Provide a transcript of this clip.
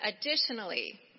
Additionally